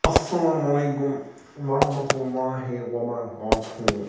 اَلسلامُ علیکُم ورحمتہ اللہِ وبرکاتہوٗ